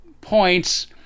points